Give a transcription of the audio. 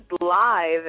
live